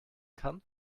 kann